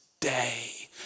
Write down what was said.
today